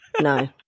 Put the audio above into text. No